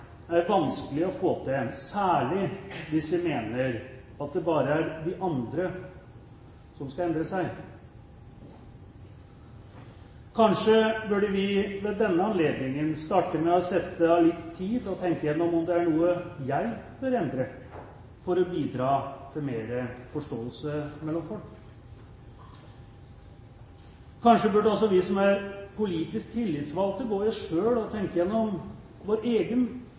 er vanskelig å få til, særlig hvis vi mener at det bare er de andre som skal endre seg. Kanskje burde vi ved denne anledningen starte med å sette av litt tid til å tenke gjennom om det er noe jeg bør endre for å bidra til mer forståelse mellom folk. Kanskje burde også vi som er politisk tillitsvalgte, gå i oss selv og tenke gjennom vår egen